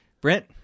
Brent